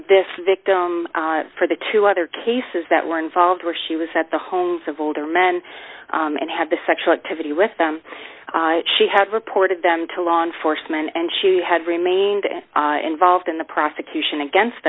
this victim for the two other cases that were involved where she was at the homes of older men and had the sexual activity with them she had reported them to law enforcement and she had remained involved in the prosecution against